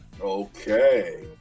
Okay